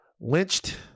lynched